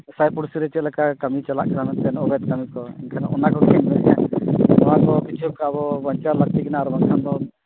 ᱥᱟᱭ ᱯᱩᱲᱥᱤ ᱨᱮ ᱪᱮᱫᱞᱮᱠᱟ ᱠᱟᱹᱢᱤ ᱪᱟᱞᱟᱜ ᱠᱟᱱᱟ ᱚᱰᱟᱨ ᱠᱟᱹᱢᱤ ᱠᱚ ᱮᱱᱠᱷᱟᱱ ᱱᱚᱣᱟ ᱠᱚᱜᱮ ᱠᱤᱪᱷᱩ ᱟᱵᱚ ᱵᱟᱧᱪᱟᱣ ᱞᱟᱹᱠᱛᱤ ᱠᱟᱱᱟ ᱟᱨ ᱵᱟᱝᱠᱷᱱ ᱫᱚ